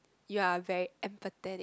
you are very empathetic